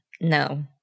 No